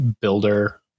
builder